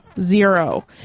zero